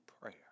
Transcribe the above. prayer